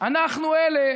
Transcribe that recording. אנחנו אלה